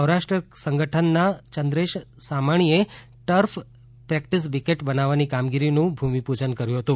Saurashtra cricket સંગઠનના ચંદ્રેશ સામાણીએ turf practice wicket બનાવવાની કામગીરીનું ભૂમિ પૂજન કર્યું હતું